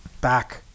back